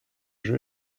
jeu